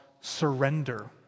surrender